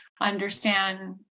understand